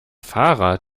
fahrer